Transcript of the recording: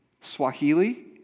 Swahili